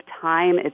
time